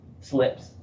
slips